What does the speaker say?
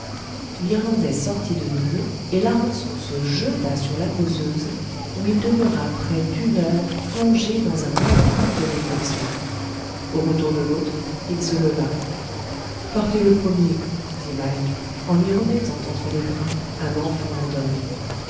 l'irlandais sortit de nouveau et larençon se jeta sur la causeuse ou il demeura près d'une heure plongé dans un abîme de réflexions au retour de l'autre il se leva partez le premier dit mike en lui remettant entre les bras un enfant endormi